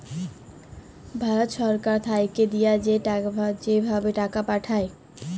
ভারত ছরকার থ্যাইকে দিঁয়া যে ভাবে টাকা পাঠায়